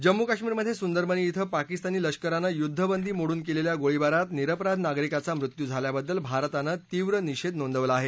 जम्मू कश्मीरमध्ये सुंदरबनी धिं पाकिस्तानी लष्करानं युद्वबंदी मोडून केलेल्या गोळीबारात निरपराध नागरिकाचा मृत्यू झाल्याबद्दल भारतानं तीव्र निषेध नोंदवला आहे